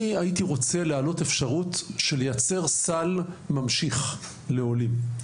אני הייתי רוצה להעלות אפשרות של לייצר סל ממשיך לעולים,